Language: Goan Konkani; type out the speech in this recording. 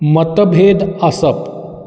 मतभेद आसप